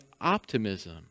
optimism